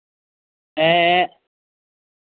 ᱦᱮᱸ